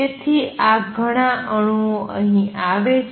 તેથી ઘણાં અણુઓ અહીં આવે છે